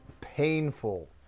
painful